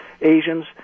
Asians